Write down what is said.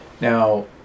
Now